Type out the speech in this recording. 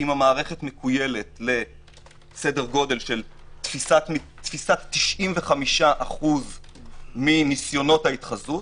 אם המערכת מכוילת לסדר גודל של תפיסת 95% מניסיונות ההתחזות,